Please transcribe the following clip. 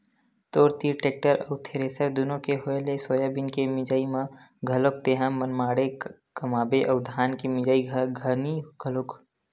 तोर तीर टेक्टर अउ थेरेसर दुनो के होय ले सोयाबीन के मिंजई म घलोक तेंहा मनमाड़े कमाबे अउ धान के मिंजई खानी घलोक